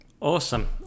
Awesome